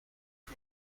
and